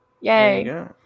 Yay